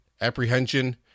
apprehension